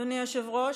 אדוני היושב-ראש,